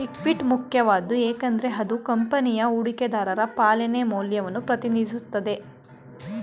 equity ಮುಖ್ಯವಾದ್ದು ಏಕೆಂದ್ರೆ ಅದು ಕಂಪನಿಯ ಹೂಡಿಕೆದಾರರ ಪಾಲಿನ ಮೌಲ್ಯವನ್ನ ಪ್ರತಿನಿಧಿಸುತ್ತೆ